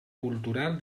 cultural